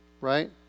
Right